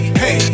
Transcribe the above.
hey